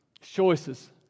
choices